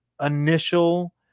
initial